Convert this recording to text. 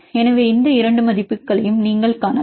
எனவே இந்த இரண்டு மதிப்புகளையும் நீங்கள் காணலாம்